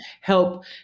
help